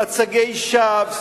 מצגי שווא,